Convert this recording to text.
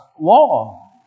law